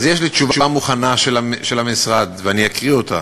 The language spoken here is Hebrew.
אז יש לי תשובה מוכנה של המשרד, ואני אקרא אותה,